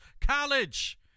College